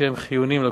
שהם חיוניים לקופה.